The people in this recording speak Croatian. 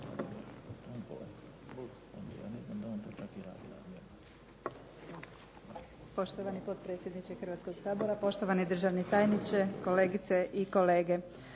gospodine potpredsjedniče Hrvatskog sabora. Gospodine državni tajniče, gospođe i gospodo